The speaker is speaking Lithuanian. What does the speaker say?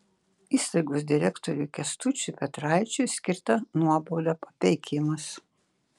įstaigos direktoriui kęstučiui petraičiui skirta nuobauda papeikimas